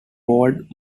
bald